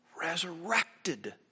resurrected